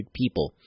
people